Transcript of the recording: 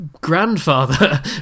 grandfather